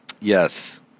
Yes